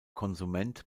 konsument